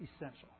essential